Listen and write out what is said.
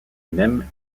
mêmes